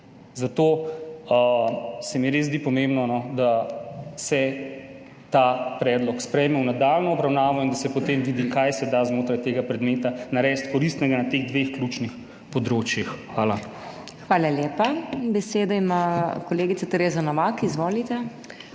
Zato se mi res zdi pomembno, da se ta predlog sprejme v nadaljnjo obravnavo in da se potem vidi, kaj se da znotraj tega predmeta narediti koristnega na teh dveh ključnih področjih. Hvala. PODPREDSEDNICA MAG. MEIRA HOT: Hvala lepa. Besedo ima kolegica Tereza Novak. Izvolite.